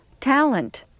talent